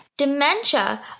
Dementia